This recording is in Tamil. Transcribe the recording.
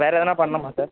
வேறு எதனா பண்ணுமா சார்